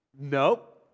Nope